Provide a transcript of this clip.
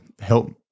help